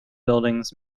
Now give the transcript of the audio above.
buildings